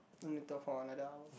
let me talk for another hour